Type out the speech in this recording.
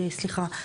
סליחה.